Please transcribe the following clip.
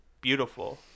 beautiful